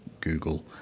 Google